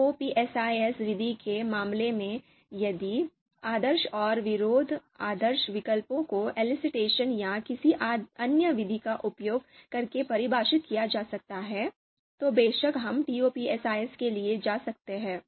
TOPSIS विधि के मामले में यदि आदर्श और विरोधी आदर्श विकल्पों को elicitation या किसी अन्य विधि का उपयोग करके परिभाषित किया जा सकता है तो बेशक हम TOPSIS के लिए जा सकते हैं